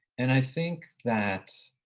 and i think that